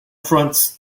fronts